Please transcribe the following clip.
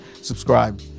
subscribe